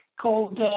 called